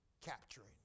Capturing